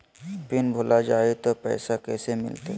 Pin भूला जाई तो पैसा कैसे मिलते?